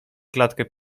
klatkę